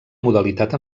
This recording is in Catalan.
modalitat